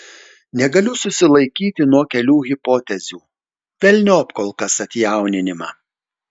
negaliu susilaikyti nuo kelių hipotezių velniop kol kas atjauninimą